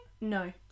No